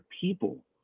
people